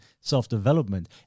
self-development